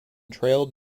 trailed